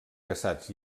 caçats